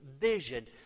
vision